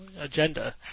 agenda